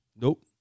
Nope